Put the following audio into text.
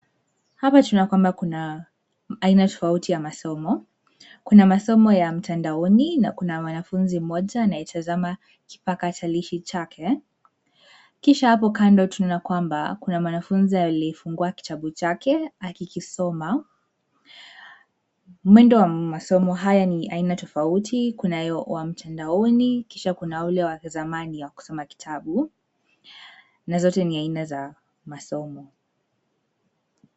Hapa tuna kwamba kuna aina tofauti ya masomo, kuna masomo ya mtandaoni na wanafunzi mmoja naitazama kipatakilishi chake kisha hapo kando tunaona kwamba kuna mwanafunzi alifungua kitabu chake akikisoma. Mwendo masomo haya ni aina tofauti, kuna mtandaoni kisha kuna ule wake zamani ya kusoma kitabu na zote ni aina za masomo.